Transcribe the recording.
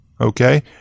Okay